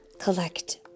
collect